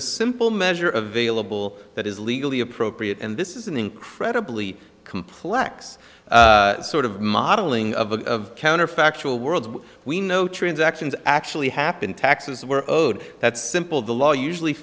a simple measure available that is legally appropriate and this is an incredibly complex sort of modeling of a counterfactual world we know transactions actually happen taxes were owed that's simple the law usually